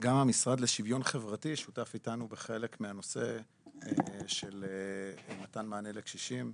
גם המשרד לשוויון חברתי שותף איתנו בחלק מהנושא של מתן מענה לקשישים.